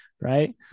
right